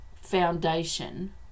foundation